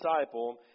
disciple